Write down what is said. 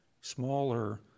smaller